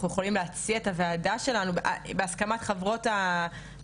אנחנו יכולים להציע את הוועדה שלנו בהסכמת חברות הוועדה,